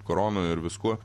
korona ir viskuo